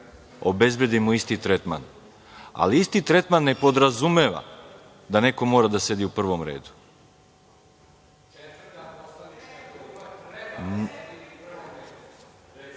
obezbedimo isti tretman. Ali, isti tretman ne podrazumeva da neko mora da sedi u prvom redu.(Saša